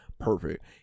perfect